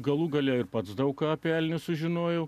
galų gale ir pats daug ką apie elnius sužinojau